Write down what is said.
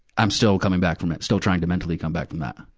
i'm still coming back from it, still trying to mentally come back from that.